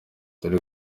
turi